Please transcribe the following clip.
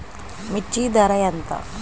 మిర్చి ధర ఎంత?